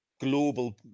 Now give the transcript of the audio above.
global